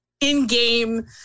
in-game